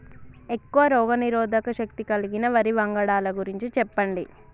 ఎక్కువ రోగనిరోధక శక్తి కలిగిన వరి వంగడాల గురించి చెప్పండి?